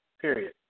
period